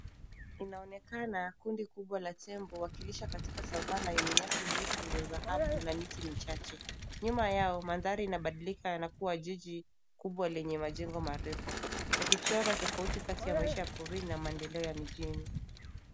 Inaonekana kundi kubwa la tembo wakilisha katika savanna yenye nyasi ndefu za dhahabu na miti michache. Nyuma yao, mandhari inabadilika na kua jiji kubwa lenye majengo marefu, yakichorwa tofauti kati ya maisha porini na maendeleo ya mijini.